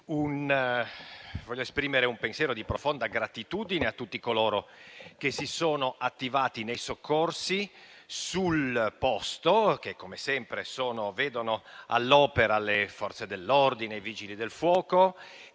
colpite e rivolgere un pensiero di profonda gratitudine a tutti coloro che si sono attivati nei soccorsi sul posto che, come sempre, vedono all'opera le Forze dell'ordine, i Vigili del fuoco